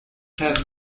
have